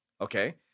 Okay